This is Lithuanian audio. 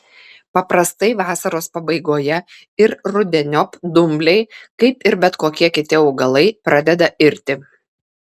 paprastai vasaros pabaigoje ir rudeniop dumbliai kaip ir bet kokie kiti augalai pradeda irti